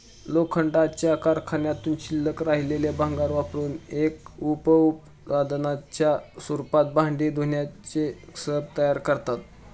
लोखंडाच्या कारखान्यातून शिल्लक राहिलेले भंगार वापरुन एक उप उत्पादनाच्या रूपात भांडी धुण्याचे स्क्रब तयार करतात